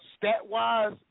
Stat-wise